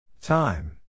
Time